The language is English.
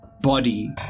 body